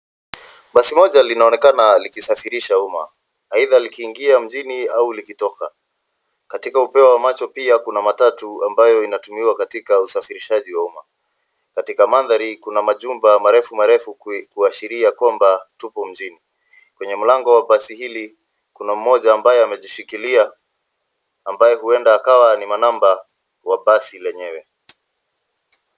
Basi moja linaonekana likishafirisha umma, aidha likiingia mjini au likitoka. Katika upeo wa macho pia, kuna matatu ambayo inatumiwa katika kusafirishaji umma. Katika madhari kuna majumba marefu marefu kuashilikia kwamba tuko mjini. Kwenye mlango wa basi hili, kuna mmoja ambaye amejishikiria ambaye huenda akawa ni manamba wa basi lenyewe.